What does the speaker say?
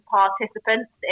participants